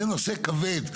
זה נושא כבד.